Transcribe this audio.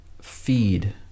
feed